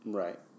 right